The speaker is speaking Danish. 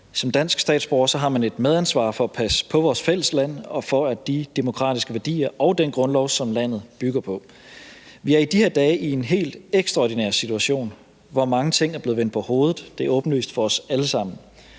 Som dansk statsborger har man et medansvar for at passe på vores fælles land og de demokratiske værdier og den grundlov, som landet bygger på. Vi er i de her dage i en helt ekstraordinær situation, hvor mange ting er blevet vendt på hovedet. Det er åbenlyst for os alle sammen.